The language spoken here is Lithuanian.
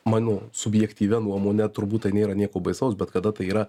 mano subjektyvia nuomone turbūt tai nėra nieko baisaus bet kada tai yra